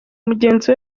mugenzi